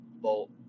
bolt